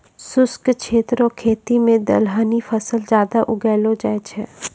शुष्क क्षेत्र रो खेती मे दलहनी फसल ज्यादा लगैलो जाय छै